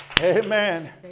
amen